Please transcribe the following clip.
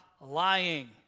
lying